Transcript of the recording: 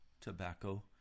tobacco